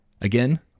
Again